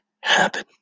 happen